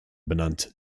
benannt